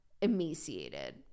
emaciated